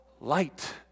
light